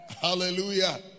Hallelujah